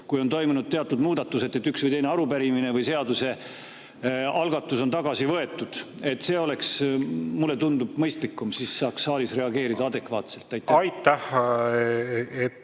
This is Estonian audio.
on toimunud teatud muudatused, näiteks üks või teine arupärimine või seadusalgatus on tagasi võetud. See oleks, mulle tundub, mõistlikum, siis saaks saalis reageerida adekvaatselt. Aitäh!